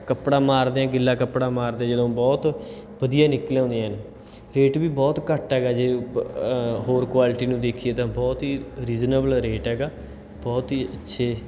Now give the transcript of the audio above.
ਕੱਪੜਾ ਮਾਰਦੇ ਹਾਂ ਗਿੱਲਾ ਕੱਪੜਾ ਮਾਰਦੇ ਜਦੋਂ ਬਹੁਤ ਵਧੀਆ ਨਿਕਲ ਆਉਂਦੇ ਹਨ ਰੇਟ ਵੀ ਬਹੁਤ ਘੱਟ ਹੈਗਾ ਜੇ ਹੋਰ ਕੁਆਲਿਟੀ ਨੂੰ ਦੇਖੀਏ ਤਾਂ ਬਹੁਤ ਹੀ ਰੀਜਨੇਬਲ ਰੇਟ ਹੈਗਾ ਬਹੁਤ ਹੀ ਅੱਛੇ